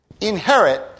Inherit